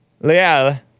Leal